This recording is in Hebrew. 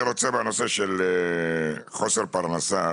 אני רוצה להתייחס לנושא של חוסר פרנסה.